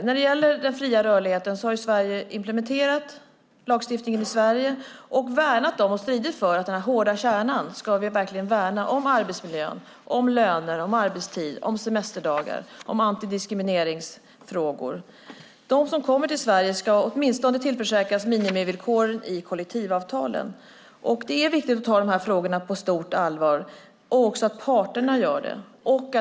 När det gäller den fria rörligheten har Sverige implementerat lagstiftningen, värnat om och stridit för att vi verkligen ska värna om den hårda kärnan: arbetsmiljö, löner, arbetstid, semesterdagar och antidiskrimineringsfrågor. De som kommer till Sverige ska åtminstone tillförsäkras minimivillkor i kollektivavtalen. Det är viktigt att vi tar de här frågorna på stort allvar, och att parterna gör det.